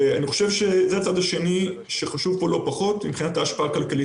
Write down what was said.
זה הצד השני שחשוב לא פחות מבחינת ההשפעה הכלכלית.